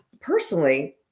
personally